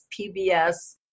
PBS